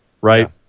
right